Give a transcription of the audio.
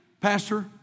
Pastor